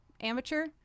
amateur